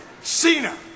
Cena